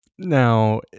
Now